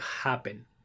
happen